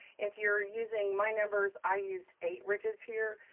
if you're using my numbers, i used eight ridges here,